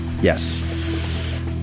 Yes